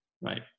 Right